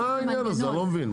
מה העניין הזה, אני לא מבין.